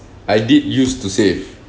I did used to save